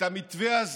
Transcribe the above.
את המתווה הזה,